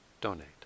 donate